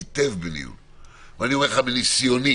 ואני אומר לך, מניסיוני